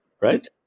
right